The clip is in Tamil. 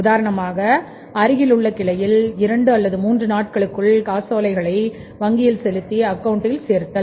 உதாரணமாக அருகிலுள்ள கிளையில் இரண்டு அல்லது மூன்று நாட்களுக்குள் காசோலையை வங்கியில் செலுத்தி அக்கவுண்டில் சேர்த்தல்